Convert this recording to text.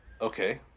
Okay